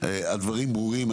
הדברים ברורים.